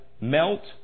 melt